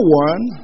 one